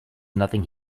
nothing